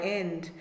end